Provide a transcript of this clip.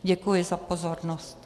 Děkuji za pozornost.